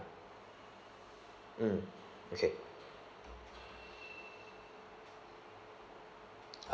ya mm okay